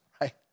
right